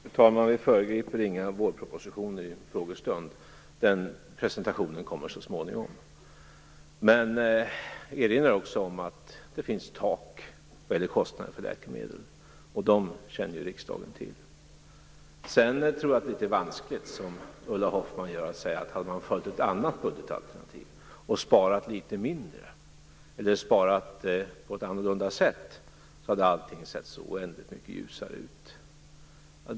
Fru talman! Vi föregriper inte vårpropositionen under frågestunden. Den presentationen kommer så småningom. Jag vill också erinra om att det finns tak vad gäller kostnader för läkemedel. Det känner riksdagen till. Det är litet vanskligt, som Ulla Hoffmann gör, att säga att om man hade följt ett annat budgetalternativ, sparat litet mindre eller sparat på ett annorlunda sätt skulle allting ha sett så oändligt mycket ljusare ut.